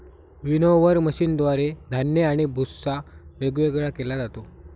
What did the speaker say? winnower मशीनद्वारे धान्य आणि भुस्सा वेगवेगळा केला जातो